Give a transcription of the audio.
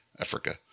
Africa